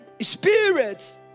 spirits